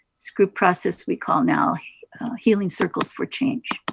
this group process we call now healing circles for change.